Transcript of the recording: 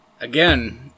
again